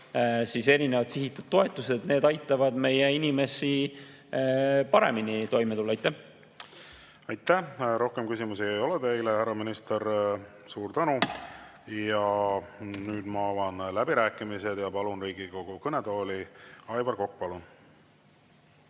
– ja erinevad sihitud toetused aitavad meie inimesi paremini toime tulla. Aitäh! Rohkem küsimusi ei ole teile, härra minister. Suur tänu! Nüüd ma avan läbirääkimised. Palun Riigikogu kõnetooli Aivar Koka.